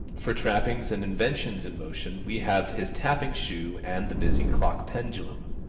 for trappings and inventions in motion we have his tapping shoe and the busy clock pendulum.